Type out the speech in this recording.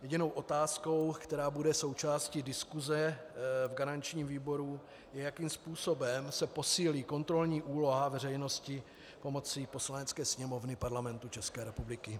Jedinou otázkou, která bude součástí diskuse v garančním výboru, je, jakým způsobem se posílí kontrolní úloha veřejnosti pomocí Poslanecké sněmovny Parlamentu České republiky.